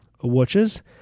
watches